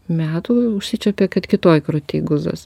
metų užsičiuopė kad kitoj krūty guzas